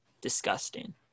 disgusting